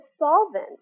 solvent